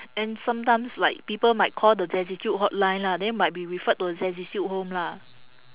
and sometimes like people might call the destitute hotline lah then might be referred to a destitute home lah